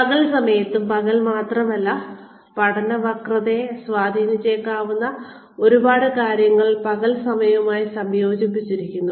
പകൽ സമയത്തും പകൽ സമയം മാത്രമല്ല പഠന വക്രതയെ സ്വാധീനിച്ചേക്കാവുന്ന ഒരുപാട് കാര്യങ്ങൾ പകൽ സമയവുമായി സംയോജിപ്പിച്ചിരിക്കുന്നു